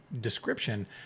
description